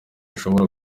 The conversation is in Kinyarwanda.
ishobora